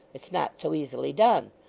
it's not so easily done.